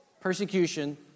persecution